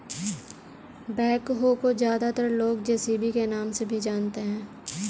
backhoe को ज्यादातर लोग जे.सी.बी के नाम से भी जानते हैं